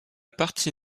partie